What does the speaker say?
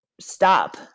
stop